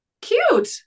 cute